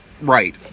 Right